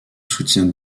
soutient